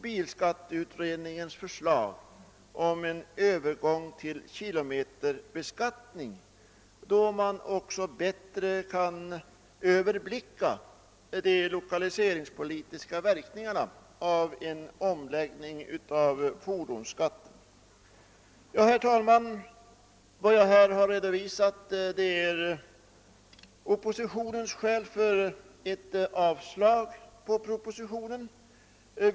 Bilskatteutredningens förslag om en övergång till kilometerbeskattning bör också avvaktas; då kan man bättre överblicka de lokaliseringspolitiska verkningarna av en omläggning av fordonsskatten. Herr talman! Vad jag här redovisat är oppositionens skäl för ett avslag på propositionen.